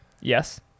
Yes